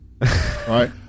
right